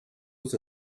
was